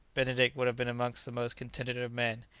benedict would have been amongst the most contented of men,